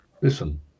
Listen